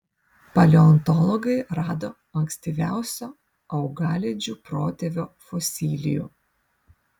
paleontologai rado ankstyviausio augalėdžių protėvio fosilijų